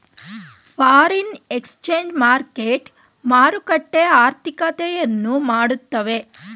foreign exchange market ಮಾರುಕಟ್ಟೆ ಆರ್ಥಿಕತೆಯನ್ನು ಮಾಡುತ್ತವೆ